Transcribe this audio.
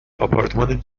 آپارتمان